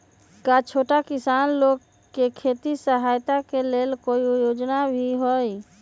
का छोटा किसान लोग के खेती सहायता के लेंल कोई योजना भी हई?